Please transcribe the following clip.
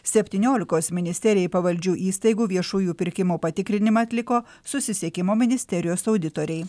septyniolikos ministerijai pavaldžių įstaigų viešųjų pirkimų patikrinimą atliko susisiekimo ministerijos auditoriai